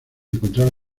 encontraba